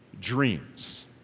dreams